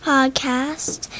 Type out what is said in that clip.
Podcast